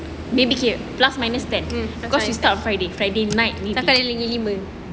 maybe kill plus minus that because you start friday friday night